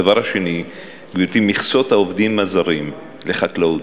הדבר השני, גברתי, מכסות העובדים הזרים לחקלאות.